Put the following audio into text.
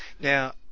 Now